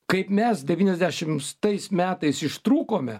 kaip mes devyniasdešimts tais metais ištrūkome